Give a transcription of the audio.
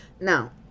Now